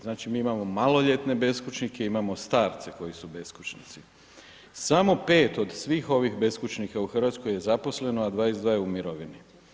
Znači, mi imamo maloljetne beskućnike, imamo starce koji su beskućnici, samo 5 od svih ovih beskućnika u RH je zaposleno, a 22 je u mirovini.